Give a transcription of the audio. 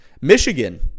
Michigan